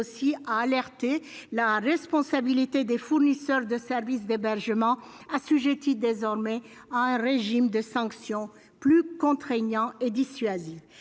aussi à alerter la responsabilité des fournisseurs de services d'hébergement assujettit désormais à un régime de sanctions plus contraignant et dissuasif,